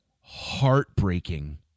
heartbreaking